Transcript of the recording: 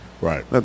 Right